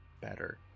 better